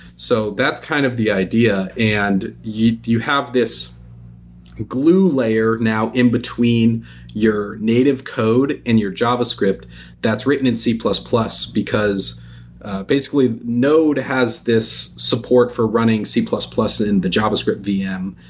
so that's kind of the idea and you you have this glue layer now in between your native code in your javascript that's written in c plus plus, because basically node has this support for running c plus plus in the javascript vm.